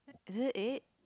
is it eight